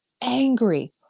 angry